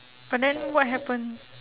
but then what happen